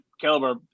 caliber